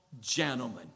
gentlemen